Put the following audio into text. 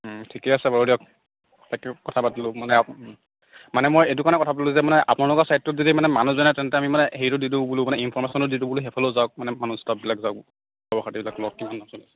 ওম ঠিকে আছে বাৰু দিয়ক তাকে কথা পাতিলোঁ মানে মানে মই এইটো কাৰণে কথা পাতিলোঁ যে মানে আপোনালোকৰ ছাইদটোত যদি মানে মানুহ যোৱা নাই তেন্তে আমি মানে হেৰিটো দি দিওঁ বোলো মানে ইনফৰ্মেচনটো দি দিওঁ বোলো সেইফালেও যাওক মানে মানুহ ষ্টাফবিলাক যাওক খবৰ খাতি